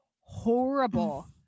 horrible